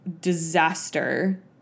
disaster